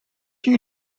you